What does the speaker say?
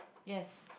yes